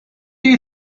you